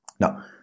Now